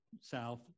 south